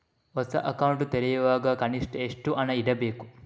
ಹೊಸ ಅಕೌಂಟ್ ತೆರೆಯುವಾಗ ಕನಿಷ್ಠ ಎಷ್ಟು ಹಣ ಇಡಬೇಕು?